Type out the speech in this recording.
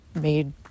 made